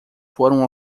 foram